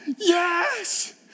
Yes